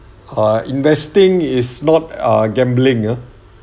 ha investing is not ah gambling ya